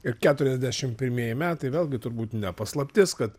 ir keturiasdešim pirmieji metai vėlgi turbūt ne paslaptis kad